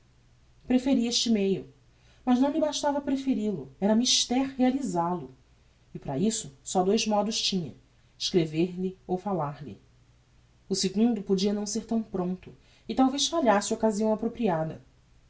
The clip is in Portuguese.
preferia este meio mas não lhe bastava preferil o era mister realisal o e para isso só dous modos tinha escrever-lhe ou falar-lhe o segundo podia não ser tão prompto e talvez falhasse occasião apropriada